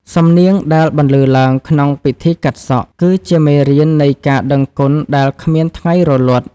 សំនៀងដែលបន្លឺឡើងក្នុងពិធីកាត់សក់ គឺជាមេរៀននៃការដឹងគុណដែលគ្មានថ្ងៃរលត់។